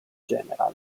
general